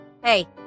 hey